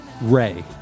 Ray